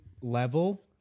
level